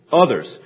others